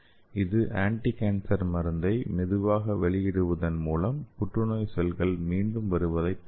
இது ஆன்டிகான்சர் மருந்தை மெதுவாக வெளியிடுவதன் மூலம் புற்றுநோய் செல்கள் மீண்டும் வருவதைத் தடுக்கும்